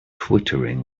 twittering